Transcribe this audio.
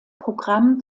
programm